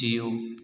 जीउ